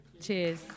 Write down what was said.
Cheers